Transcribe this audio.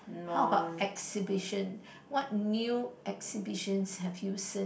how about exhibition what new exhibitions have you seen